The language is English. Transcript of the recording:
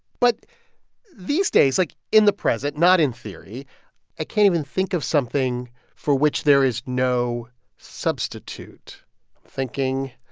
but these days like in the present not in theory i can't even think of something for which there is no substitute thinking.